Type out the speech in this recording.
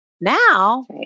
Now